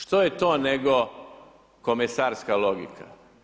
Što je to nego komesarska logika?